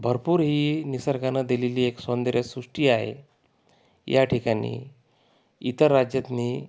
भरपूर ही निसर्गानं दिलेली एक सौंदर्यसृष्टी आहे या ठिकाणी इतर राज्यातनं